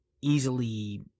easily